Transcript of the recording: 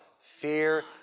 Fear